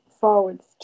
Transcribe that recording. forwards